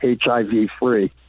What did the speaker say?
HIV-free